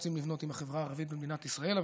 רוצים לבנות עם החברה הערבית במדינת ישראל,